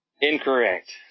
Incorrect